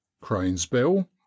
cranesbill